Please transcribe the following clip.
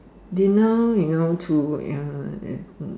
dinner you know through work ya like that